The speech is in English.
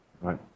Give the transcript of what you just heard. Right